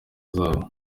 zawo